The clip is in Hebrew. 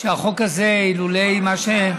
שהחוק הזה, אילולא מה, מה,